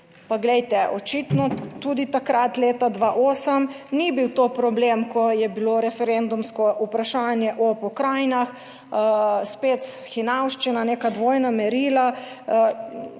Pa glejte, očitno tudi takrat leta 2008 ni bil to problem, ko je bilo referendumsko vprašanje o pokrajinah, spet hinavščina, neka dvojna merila,